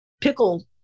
pickle